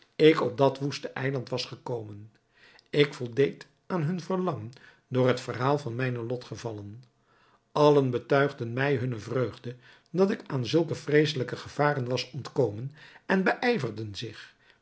ik op dat woeste eiland was gekomen ik voldeed aan hun verlangen door het verhaal van mijne lotgevallen allen betuigden mij hunne vreugde dat ik aan zulke vreeselijke gevaren was ontkomen en beijverden zich